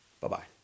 Bye-bye